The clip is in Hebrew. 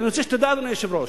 אני רוצה שתדע, אדוני היושב-ראש,